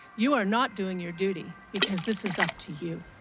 you are not doing your duty because this is up to you.